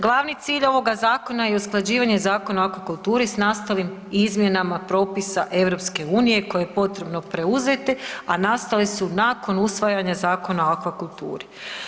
Glavni cilj ovog zakona je usklađivanje Zakona o akvakulturi s nastalim izmjenama propisa EU koje je potrebno preuzeti, a nastale su nakon usvajanja Zakona o akvakulturi.